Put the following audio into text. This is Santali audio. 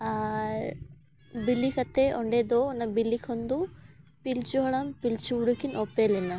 ᱟᱨ ᱵᱤᱞᱤ ᱠᱟᱛᱮᱫ ᱚᱸᱰᱮ ᱫᱚ ᱚᱱᱟ ᱵᱤᱞᱤ ᱠᱷᱚᱱ ᱫᱚ ᱯᱤᱞᱪᱩ ᱦᱟᱲᱟᱢ ᱯᱤᱞᱪᱩ ᱵᱩᱲᱦᱤ ᱠᱤᱱ ᱚᱯᱮᱞᱮᱱᱟ